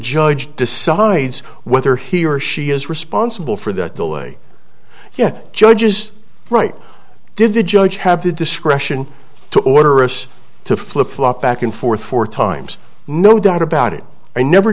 judge decides whether he or she is responsible for the delay yes judge is right did the judge have the discretion to order us to flip flop back and forth four times no doubt about it i never